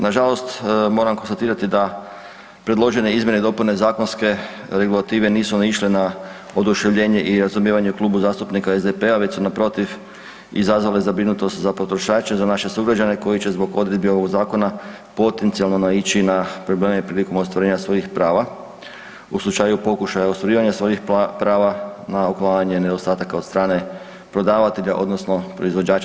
Nažalost moram konstatirati da predložene izmjene i dopune zakonske regulative nisu naišle na oduševljenje i razumijevanje u Klubu zastupnika SDP-a već su naprotiv izazvale zabrinutost za potrošače, za naše sugrađane koji će zbog odredbi ovog zakona potencionalno naići na probleme prilikom ostvarenja svojih prava, u slučaju pokušaju ostvarivanja svojih prava na uklanjanje nedostataka od strane prodavatelja odnosno proizvođača.